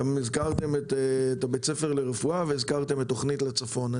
הזכרתם גם את בית הספר לרפואה והזכרתם את תכנית לצפון.